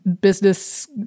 business